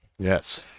Yes